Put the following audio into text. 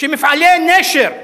שמפעלי "נשר"